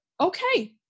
Okay